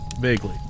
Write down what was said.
vaguely